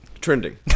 Trending